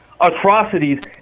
atrocities